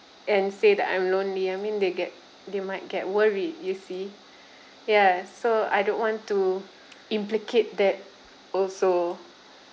and say that I am lonely I mean they get they might get worried you see ya so I don't want to implicate that also